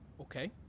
Okay